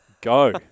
go